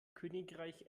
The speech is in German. königreich